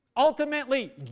Ultimately